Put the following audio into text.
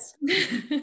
Yes